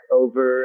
over